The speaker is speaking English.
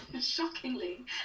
shockingly